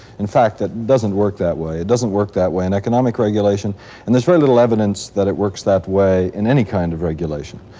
in fact it doesn't work that way. it doesn't work that way in economic regulation and there's very little evidence that it works that way in any kind of regulation.